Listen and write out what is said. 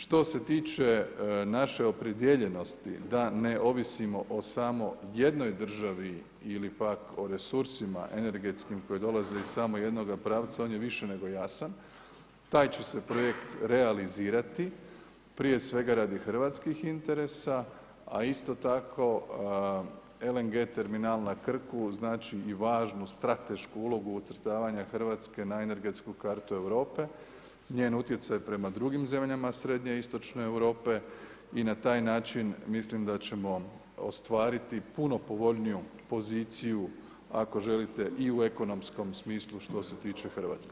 Što se tiče naše opredijeljenosti da ne ovisimo o samo jednoj državi ili pak o resursima energetskim koji dolaze iz samo jednoga pravca, on je više nego jasan, taj će se projekt realizirati prije svega radi hrvatskih interesa, a isto tako LNG terminal na Krku znači i važnu stratešku ulogu ucrtavanja Hrvatske na energetsku kartu Europe, njen utjecaj prema drugim zemljama srednjeistočne Europe i na taj način mislim da ćemo ostvariti puno povoljniju poziciju ako želite i u ekonomskom smislu što se tiče Hrvatske.